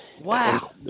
Wow